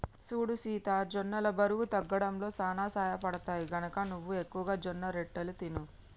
సూడు సీత జొన్నలు బరువు తగ్గడంలో సానా సహయపడుతాయి, గనక నువ్వు ఎక్కువగా జొన్నరొట్టెలు తిను